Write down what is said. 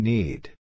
Need